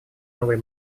новые